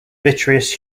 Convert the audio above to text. vitreous